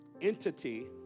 entity